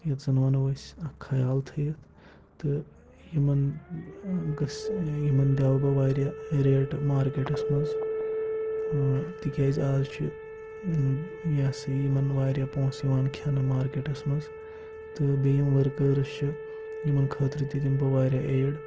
یَتھ زَن وَنو أسۍ اَکھ خیال تھٲیِتھ تہٕ یِمَن گٔژھ یِمَن دیو بہٕ واریاہ ریٹ مارکٮ۪ٹَس منٛز تِکیٛازِ آز چھِ یہِ ہَسا یہِ یِمَن واریاہ پونٛسہٕ یِوان کھٮ۪نہٕ مارکٮ۪ٹَس منٛز تہٕ بیٚیہِ یِم ؤرکٲرٕس چھِ یِمَن خٲطرٕ تہِ تِم بہٕ واریاہ ایڈ